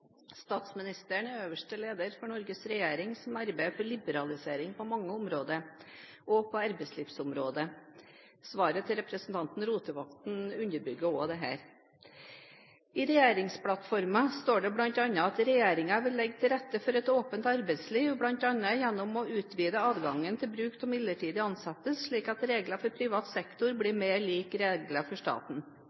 Statsministeren er øverste leder for Norges regjering som arbeider for liberalisering på mange områder, også på arbeidslivsområdet. Svaret til representanten Rotevatn underbygger også dette. I regjeringsplattformen står det bl.a. at regjeringen vil: «Legge til rette for et åpent arbeidsliv, blant annet gjennom å utvide adgangen til bruk av midlertidige ansettelser slik at reglene for privat sektor blir mer like reglene i staten.»